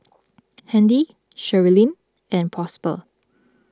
Handy Sherilyn and Prosper